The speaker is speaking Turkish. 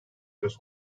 söz